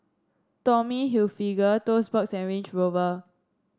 Tommy Hilfiger Toast Box and Range Rover